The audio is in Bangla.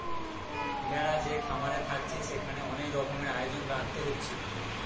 ভেড়া যে খামারে থাকছে সেখানে অনেক রকমের আয়োজন রাখতে হচ্ছে